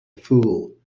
fool